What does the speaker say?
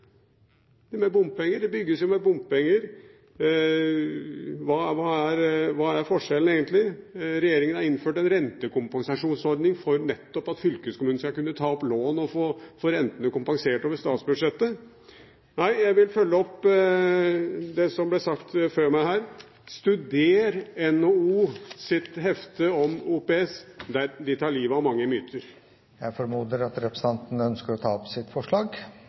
dag, med bompenger. De bygges jo med bompenger. Hva er egentlig forskjellen? Regjeringen har innført en rentekompensasjonsordning nettopp for at fylkeskommunen skal kunne ta opp lån og få rentene kompensert over statsbudsjettet. Nei, jeg vil følge opp det som ble sagt før meg: Studér NHOs hefte om OPS. Det tar livet av mange myter. Jeg vil til slutt ta opp